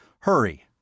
Hurry